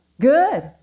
Good